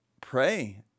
Pray